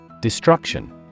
Destruction